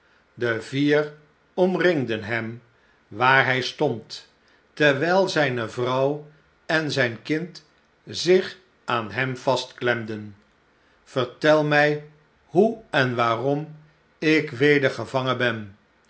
de vier omringden hem waar hy stond terwijl zyne vrouw en zijn kind zich aan hem vastklemden vertel mij hoe en waarom ik weder gevangen ben